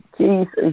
Jesus